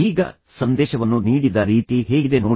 ಈಗ ಸಂದೇಶವನ್ನು ನೀಡಿದ ರೀತಿ ಹೇಗಿದೆ ನೋಡಿ